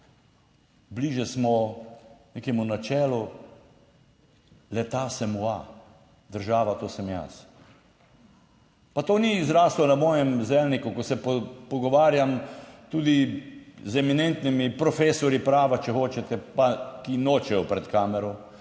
bližje smo nekemu načelu, L'État, c'est moi - država, to sem jaz! Pa to ni zraslo na mojem zelniku, ko se pogovarjam tudi z eminentnimi profesorji prava, če hočete, pa ki nočejo pred kamero,